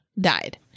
died